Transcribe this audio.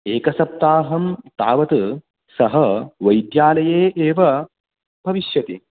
एकसप्ताहं यावत् सः वैद्यालये एव भविष्यति